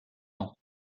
ans